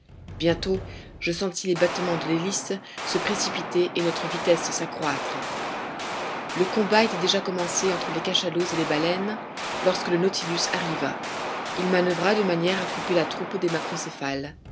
bientôt je sentis les battements de l'hélice se précipiter et notre vitesse s'accroître le combat était déjà commencé entre les cachalots et les baleines lorsque le nautilus arriva il manoeuvra de manière à couper la troupe des macrocéphales